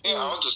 mm